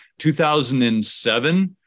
2007